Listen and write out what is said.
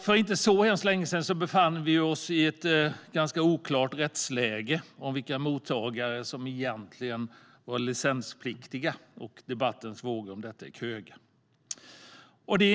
För inte så hemskt länge sedan befann vi oss i ett oklart rättsläge om vilka mottagare som egentligen var licenspliktiga. Debattens vågor om detta gick höga.